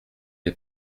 des